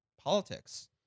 politics